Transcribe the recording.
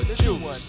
juice